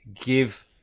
give